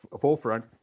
forefront